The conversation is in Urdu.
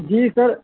جی سر